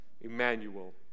Emmanuel